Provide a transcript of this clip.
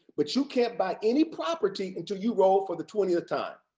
but you can't buy any property until you roll for the twentieth time.